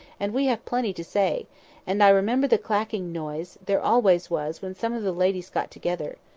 and we have plenty to say and i remember the clacking noise there always was when some of the ladies got together.